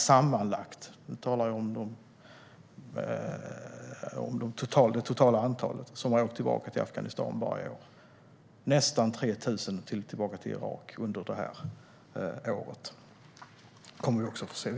Sammanlagt över 800 personer har åkt tillbaka till Afghanistan bara i år, och nästan 3 000 har åkt tillbaka till Irak i år. Det är mycket höga siffror.